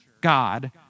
God